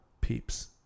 peeps